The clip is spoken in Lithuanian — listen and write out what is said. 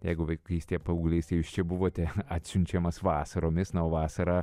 jeigu vaikystėje paauglystėje jūs čia buvote atsiunčiamas vasaromis na o vasarą